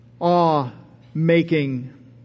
Awe-making